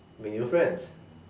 make new friends